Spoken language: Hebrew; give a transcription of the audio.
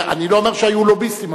אני לא אומר שהיו לוביסטים,